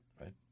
Right